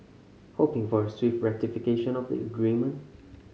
hoping for a swift ratification of the agreement